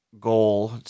goal